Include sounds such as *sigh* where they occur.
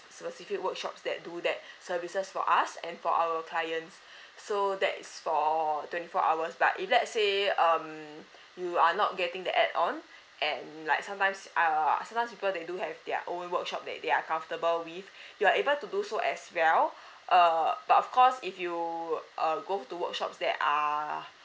specific workshops that do that services for us and for our clients *breath* so that is for twenty four hours but if let's say um you are not getting the add on and like sometimes err sometimes people they do have their own workshop that they are comfortable with you're able to do so as well uh but of course if you uh go to workshops that are